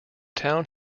town